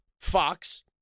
Fox